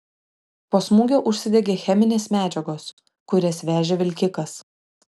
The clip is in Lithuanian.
po smūgio užsidegė cheminės medžiagos kurias vežė vilkikas